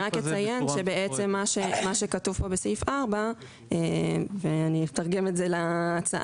אני רק אציין שבעצם מה שכתוב פה בסעיף 4 ואני אתרגם את זה להצעה,